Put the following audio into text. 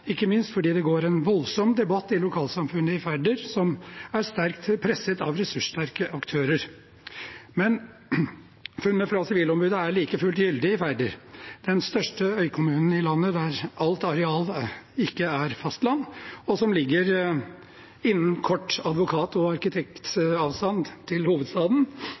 ikke minst fordi det går en voldsom debatt i lokalsamfunnet i Færder, som er sterkt presset av ressurssterke aktører. Men funnene fra Sivilombudet er like fullt gyldige i Færder – den største øykommunen i landet, der alt areal ikke er fastland, og som ligger innen kort advokat- og arkitektavstand til hovedstaden.